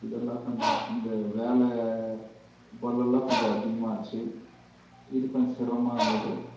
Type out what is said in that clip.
இதெல்லாம் கொஞ்சம் இந்த வேலை பளுவெலாம் கொஞ்சம் அதிகமாச்சு இது கொஞ்சம் சிரமமாக இருந்தது